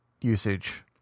usage